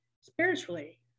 spiritually